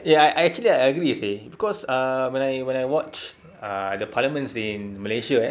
eh I I actually agree seh cause ah when I when I watch ah the parliaments in malaysia eh